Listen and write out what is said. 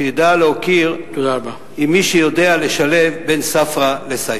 שידע להוקיר מי שיודע לשלב ספרא וסייפא.